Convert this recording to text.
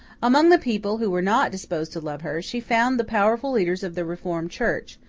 among the people who were not disposed to love her, she found the powerful leaders of the reformed church,